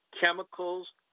chemicals